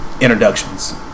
introductions